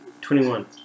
Twenty-one